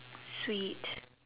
sweet